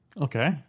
Okay